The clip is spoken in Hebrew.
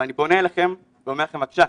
ואני פונה אליכם ואומר לכם, בבקשה,